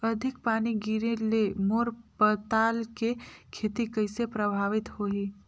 अधिक पानी गिरे ले मोर पताल के खेती कइसे प्रभावित होही?